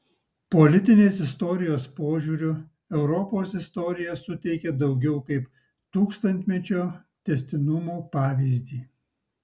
politinės istorijos požiūriu europos istorija suteikia daugiau kaip tūkstantmečio tęstinumo pavyzdį